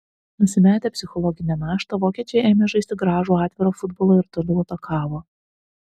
nusimetę psichologinę naštą vokiečiai ėmė žaisti gražų atvirą futbolą ir toliau atakavo